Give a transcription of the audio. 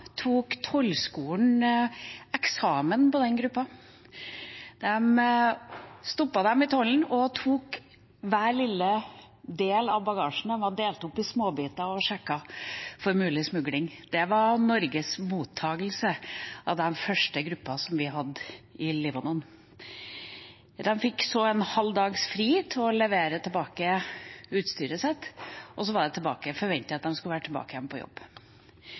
den gruppa. De stoppet dem i tollen og tok hver lille del av bagasjen og delte opp i småbiter og sjekket for mulig smugling. Det var Norges mottakelse av den første gruppa vi hadde i Libanon. De fikk så en halv dag fri til å levere tilbake utstyret sitt, og så var det forventet at de skulle være tilbake igjen på jobb.